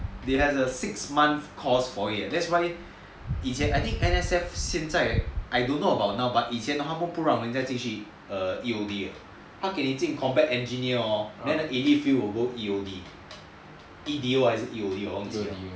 they have a six month course for it eh that's why 以前 I think N_S_F 现在 I don't know about now but 以前他们不让人家进去 err E_O_D eh 他给你进 combat engineer hor then the easy field will go E_O_D E_D_O or E_O_D 我忘记了